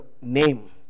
name